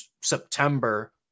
September